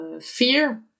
fear